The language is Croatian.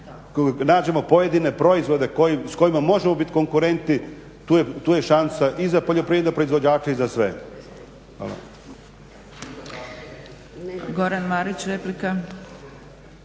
nađemo pojedine proizvode s kojima možemo biti konkurentni, tu je šansa i za poljoprivredne proizvođače i za sve.